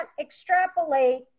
extrapolate